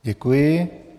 Děkuji.